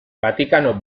vatikano